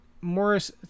Morris